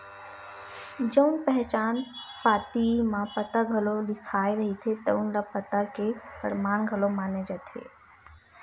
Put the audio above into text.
जउन पहचान पाती म पता घलो लिखाए रहिथे तउन ल पता के परमान घलो माने जाथे